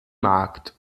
markt